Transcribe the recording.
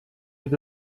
with